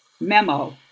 memo